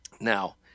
Now